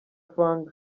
fung